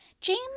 James